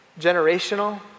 generational